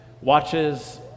watches